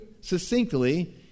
succinctly